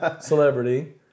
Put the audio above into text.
celebrity